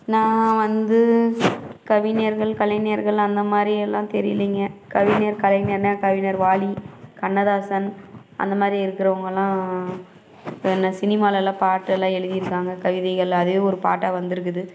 நான் வந்து கவிஞர்கள் கலைஞர்கள் அந்த மாதிரி எல்லாம் தெரியலிங்க கவிஞர் கலைஞர்னால் கவிஞர் வாலி கண்ணதாசன் அந்த மாதிரி இருக்குறவங்க எல்லாம் என்ன சினிமா எல்லாம் பாட்டு எல்லாம் எழுதி இருக்காங்க கவிதைகள் எல்லாம் அதே ஒரு பாட்டாக வந்திருக்குது